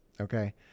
okay